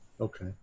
Okay